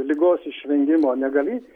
ligos išvengimo negali